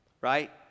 Right